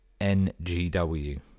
NGW